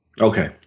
Okay